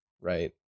Right